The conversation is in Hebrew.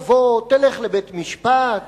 תלך לבית-משפט,